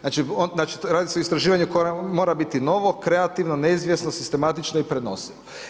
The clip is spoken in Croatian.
Znači, radi se o istraživanju koje mora biti novo, kreativno, neizvjesno, sistematično i prenosivo.